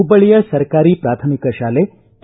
ಹುಬ್ಬಳ್ಳಿಯ ಸರ್ಕಾರಿ ಪ್ರಾಥಮಿಕ ಶಾಲೆ ಕೆ